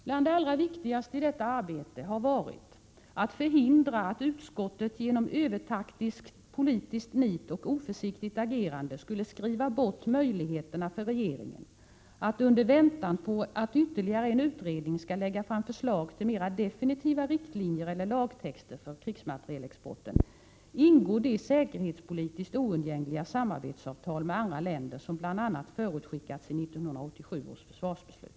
Bland det allra viktigaste i detta arbete har varit att förhindra att utskottet genom övertaktiskt politiskt nit och oförsiktigt agerande skulle ”skriva bort” möjligheterna för regeringen att, under väntan på att en ytterligare utredning skall lägga fram förslag till mera definitiva riktlinjer eller lagtexter när det gäller krigsmaterielexporten, ingå det säkerhetspolitiskt oundgängliga samarbetsavtal med andra länder som bl.a. förutskickats i 1987 års försvarsbeslut.